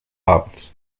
abends